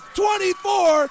24